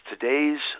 today's